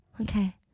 okay